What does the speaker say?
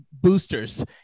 boosters